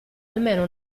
almeno